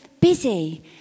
busy